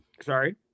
Sorry